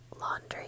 laundry